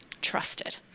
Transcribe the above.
trusted